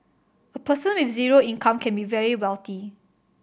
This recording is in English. a person with zero income can be very wealthy